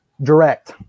direct